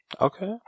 okay